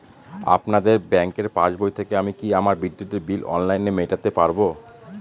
আপনাদের ব্যঙ্কের পাসবই থেকে আমি কি আমার বিদ্যুতের বিল অনলাইনে মেটাতে পারবো?